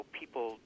people